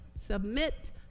submit